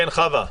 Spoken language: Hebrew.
חוה.